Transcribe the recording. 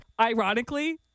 Ironically—